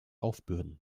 aufbürden